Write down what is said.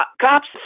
cops